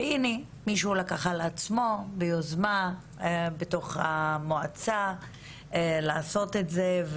והנה מישהו לקח על עצמו ביוזמה בתוך המועצה לעשות את זה.